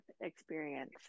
experience